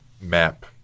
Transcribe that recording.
map